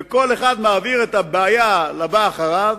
כל אחד מעביר את הבעיה לבא אחריו,